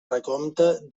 recompte